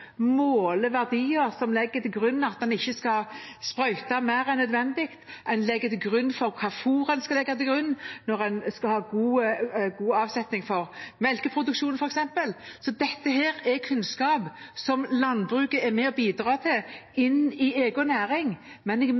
verdier, og som legger til grunn at en ikke skal sprøyte mer enn nødvendig, som legger til grunn hva slags fôr en skal ha, at en skal ha god avsetning for melkeproduksjonen f.eks. Dette er kunnskap som landbruket er med på å bidra med inn i egen næring.